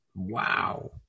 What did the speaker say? wow